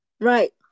Right